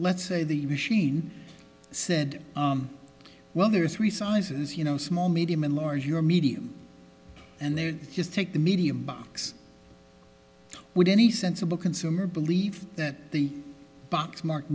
let's say the machine said well there are three sizes you know small medium and large your medium and they just take the medium box with any sensible consumer belief that the box mark